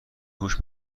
هوش